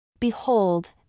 Behold